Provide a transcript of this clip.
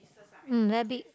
mm very big